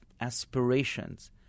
aspirations